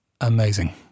Amazing